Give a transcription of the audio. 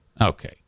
Okay